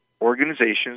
organizations